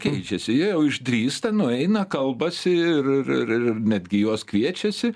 keičiasi jie jau išdrįsta nueina kalbasi ir ir netgi juos kviečiasi